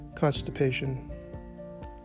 constipation